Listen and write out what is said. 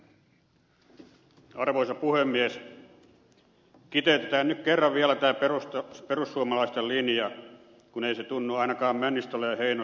kiteytetään nyt kerran vielä tämä perussuomalaisten linja kun ei se tunnu ainakaan männistölle ja heinoselle avautuvan